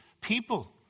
people